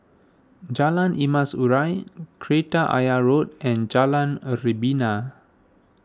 Jalan Emas Urai Kreta Ayer Road and Jalan a Rebana